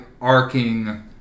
arcing